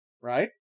right